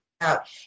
out